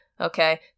okay